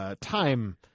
time